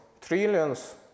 trillions